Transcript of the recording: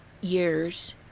years